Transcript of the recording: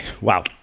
wow